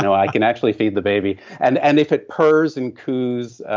i can actually feed the baby, and and if it purrs and coos,